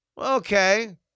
Okay